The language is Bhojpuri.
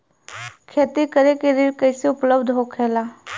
खेती करे के ऋण कैसे उपलब्ध होखेला?